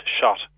shot